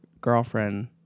girlfriend